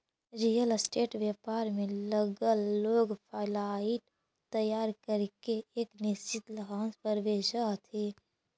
real estate व्यापार में लगल लोग फ्लाइट तैयार करके एक निश्चित लाभांश पर बेचऽ हथी